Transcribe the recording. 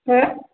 हो